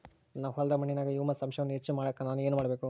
ನನ್ನ ಹೊಲದ ಮಣ್ಣಿನಾಗ ಹ್ಯೂಮಸ್ ಅಂಶವನ್ನ ಹೆಚ್ಚು ಮಾಡಾಕ ನಾನು ಏನು ಮಾಡಬೇಕು?